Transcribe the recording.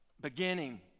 Beginning